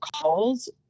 calls